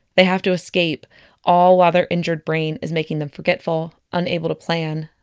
they have to escape all while their injured brain is making them forgetful, unable to plan,